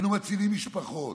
היינו מצילים משפחות.